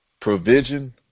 provision